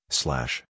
slash